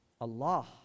Allah